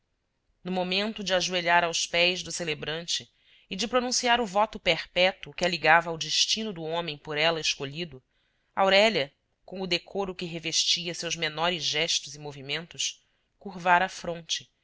no momento de ajoelhar aos pés do celebrante e de pronunciar o voto perpétuo que a ligava ao destino do homem por ela escolhido aurélia com o decoro que revestia seus menores gestos e movimentos curvara a fronte